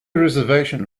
reservation